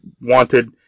wanted